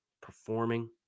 performing